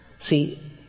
See